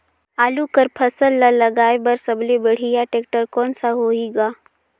आलू कर फसल ल लगाय बर सबले बढ़िया टेक्टर कोन सा होही ग?